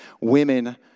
Women